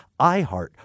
iHeart